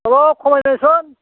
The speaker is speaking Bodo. अह खमायदोसन